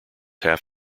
half